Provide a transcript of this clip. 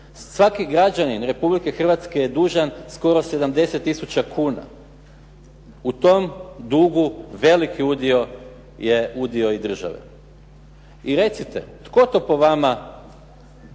Svaki građanin Republike Hrvatske je dužan skoro 70 tisuća kuna. U tom dugu veliki udio je udio i države. I recite tko to po vama